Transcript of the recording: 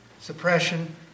suppression